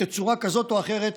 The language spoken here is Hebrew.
בצורה כזאת או אחרת,